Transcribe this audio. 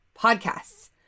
podcasts